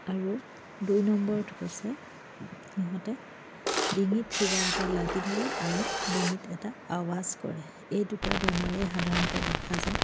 আৰু দুই নম্বৰত হৈছে সিহঁতে ডিঙিত কিবা এটা লাগি ধৰে আৰু ডিঙিত এটা আৱাজ কৰে এই দুটা বেমাৰে সাধাৰণতে দেখা যায়